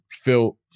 feel